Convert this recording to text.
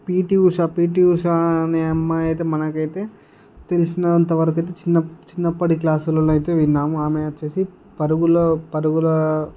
PT Usha PT Usha అనే అమ్మాయి అయితే మనకైతే తెలిసినంతవరకు చిన్న చిన్నప్పటి క్లాసులలో అయితే విన్నాము ఆమె వచ్చేసి పరుగులో పరుగుల